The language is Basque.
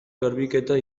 garbiketa